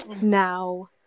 now